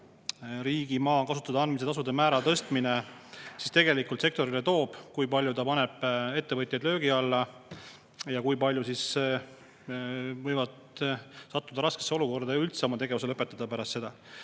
riigimaa kasutada andmise tasude määra tõstmine tegelikult sektorile toob, kui palju ta paneb ettevõtjad löögi alla ning kui paljud võivad sattuda raskesse olukorda ja üldse oma tegevuse lõpetada pärast seda.